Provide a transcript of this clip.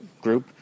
group